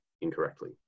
incorrectly